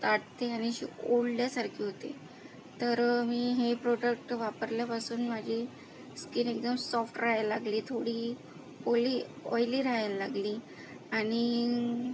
ताठते आणि अशी ओढल्यासारखी होते तर मी हे प्रोडक्ट वापरल्यापासून माझी स्किन एकदम सॉफ्ट राहायला लागली थोडी ओली ऑइली राहायला लागली आणि